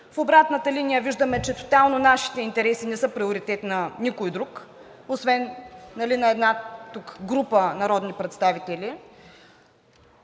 в обратната линия виждаме, че тотално нашите интереси не са приоритет на никой друг, освен на една група народни представители.